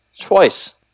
Twice